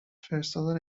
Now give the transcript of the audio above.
فرستادن